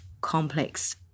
complex